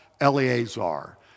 Eleazar